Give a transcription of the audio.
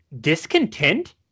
discontent